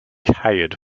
hired